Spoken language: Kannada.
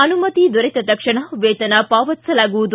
ಅನುಮತಿ ದೊರೆತ ತಕ್ಷಣ ವೇತನ ಪಾವತಿಸಲಾಗುವುದು